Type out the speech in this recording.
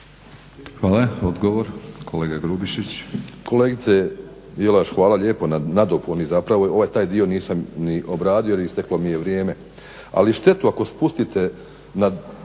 Boro (HDSSB)** Kolegice Jelaš, hvala lijepo na nadopuni, zapravo, taj dio nisam ni obradio, isteklo mi je vrijeme. Ali štetu ako spustite na